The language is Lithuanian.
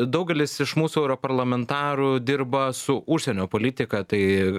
daugelis iš mūsų europarlamentarų dirba su užsienio politika tai